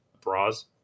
bras